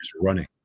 running